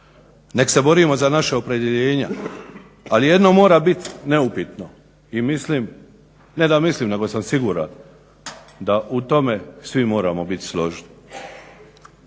Neka se borimo za naša opredjeljenja, ali jedno mora biti neupitno i mislim ne da mislim nego sam siguran da u tome svi moramo biti složni.